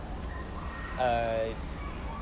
err it's